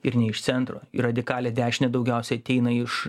ir ne iš centro į radikalią dešinę daugiausiai ateina iš